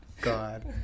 God